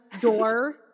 door